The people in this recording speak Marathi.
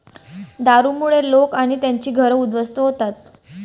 दारूमुळे लोक आणि त्यांची घरं उद्ध्वस्त होतात